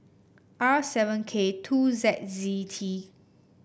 R seven K two Z Z T